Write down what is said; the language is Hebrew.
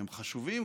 והם חשובים,